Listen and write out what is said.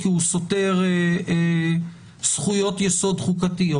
כי הוא סותר זכויות יסוד חוקתיות.